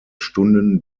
stunden